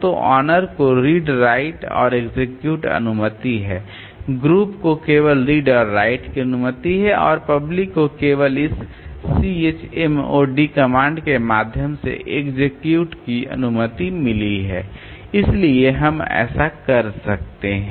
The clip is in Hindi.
तो ओनर को रीड राइट और एक्सेक्यूट अनुमति है ग्रुप को केवल रीड और राइट की अनुमति मिली है और पब्लिक को केवल इस chmod कमांड के माध्यम से एक्सेक्यूट की अनुमति मिली है इसलिए हम ऐसा कर सकते हैं